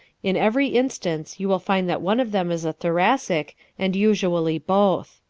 in every instance you will find that one of them is a thoracic and usually both.